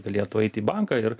galėtų eit į banką ir